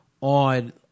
on